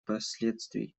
последствий